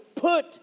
Put